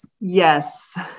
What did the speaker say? yes